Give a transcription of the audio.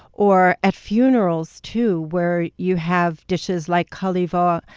or at funerals too, where you have dishes like koliva,